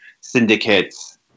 syndicates